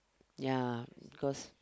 ya cause